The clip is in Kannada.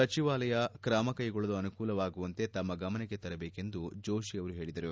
ಸಚಿವಾಲಯ ಕ್ರಮ ಕೈಗೊಳ್ಳಲು ಅನುವಾಗುವಂತೆ ತಮ್ನ ಗಮನಕ್ಕೆ ತರಬೇಕೆಂದು ಜೋಶಿಯವರು ಹೇಳಿದರು